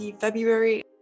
February